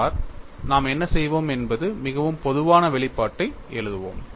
பார் நாம் என்ன செய்வோம் என்பது மிகவும் பொதுவான வெளிப்பாட்டை எழுதுவோம்